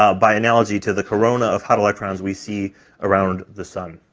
ah by analogy to the corona of hot electrons we see around the sun.